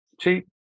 cheap